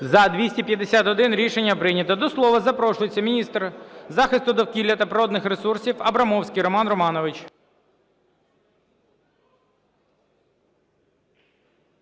За-251 Рішення прийнято. До слова запрошується міністр захисту довкілля та природних ресурсів Абрамовський Роман Романович.